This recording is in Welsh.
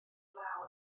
law